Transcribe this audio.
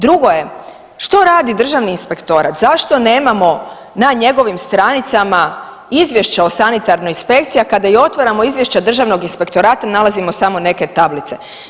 Drugo je, što radi državni inspektorat zašto nemamo na njegovim stranicama izvješća o sanitarnoj inspekciji, a kada i otvaramo izvješća državnog inspektorata nalazimo samo neke tablice.